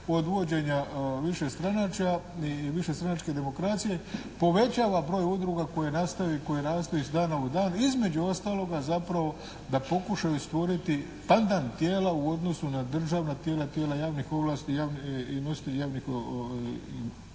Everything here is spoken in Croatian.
od uvođenja višestranačja i višestranačke demokracije povećava broj udruga koje nastaju i rastu iz dna u dan između ostalog zapravo da pokušaju stvoriti pandan tijela u odnosu na državna tijela i tijela javnih ovlasti, i nositelja javnih ovlasti,